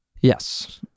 Yes